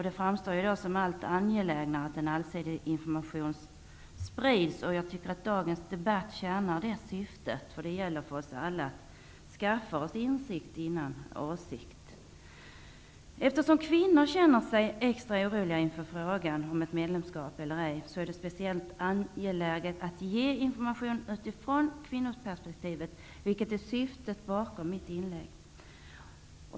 Det framstår därför som allt angelägnare att en allsidig information sprids. Jag tycker att dagens debatt tjänar det syftet. Det gäller för oss alla att skaffa insikt före åsikt. Eftersom kvinnor känner sig extra oroliga inför frågan om ett medlemskap, är det speciellt angeläget att ge information utifrån ett kvinnoperspektiv. Det är syftet med mitt inlägg.